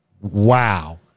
Wow